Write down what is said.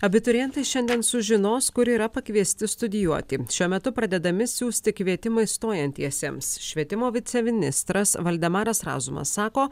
abiturientai šiandien sužinos kur yra pakviesti studijuoti šiuo metu pradedami siųsti kvietimai stojantiesiems švietimo viceministras valdemaras razumas sako